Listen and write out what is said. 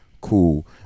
Cool